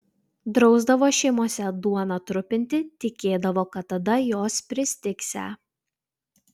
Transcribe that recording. drausdavo šeimose duoną trupinti tikėdavo kad tada jos pristigsią